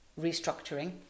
restructuring